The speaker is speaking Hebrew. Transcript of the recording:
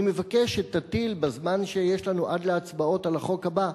אני מבקש שתטיל בזמן שיש לנו עד להצבעות על החוק הבא,